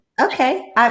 Okay